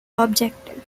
objective